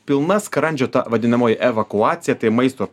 pilna skrandžio ta vadinamoji evakuacija tai maisto